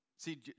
See